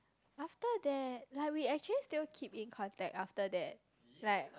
after that like we actually still keep in contact after that like